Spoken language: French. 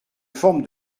forme